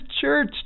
church